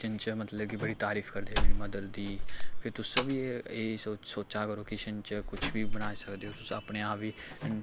kitchen च मतलब कि बड़ी तारीफ करदे मेरी मदर दी ते तुस बी सोचा करो किचन च कुछ बी बनाई सकदे ओ तुस अपने आप गी